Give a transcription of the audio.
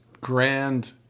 grand